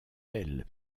elle